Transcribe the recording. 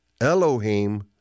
Elohim